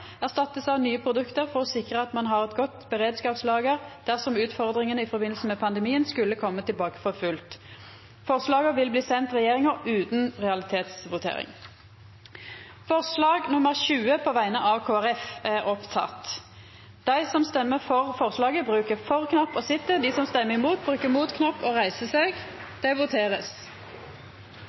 erstattes av nye produkter, for å sikre at man har et godt beredskapslager dersom utfordringene i forbindelse med pandemien skulle komme tilbake for fullt.» Forslaga vil bli sende regjeringa utan realitetsvotering. Det blir votert over forslag nr. 20,